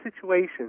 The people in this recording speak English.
situation